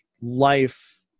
life